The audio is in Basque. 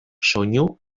soinu